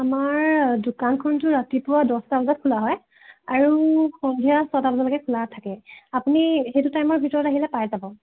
আমাৰ দোকানখনটো ৰাতিপুৱা দছটা বজাত খোলা হয় আৰু সন্ধিয়া ছটা বজালৈকে খোলা থাকে আপুনি সেইটো টাইমৰ ভিতৰত আহিলে পাই যাব